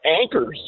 anchors